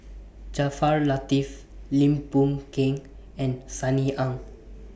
Jaafar Latiff Lim Boon Keng and Sunny Ang